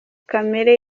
kamere